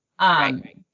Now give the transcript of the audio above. Right